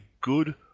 good